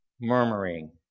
murmuring